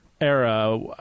era